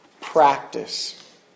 practice